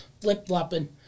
flip-flopping